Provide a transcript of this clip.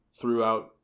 throughout